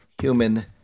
human